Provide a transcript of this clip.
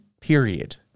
Period